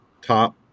top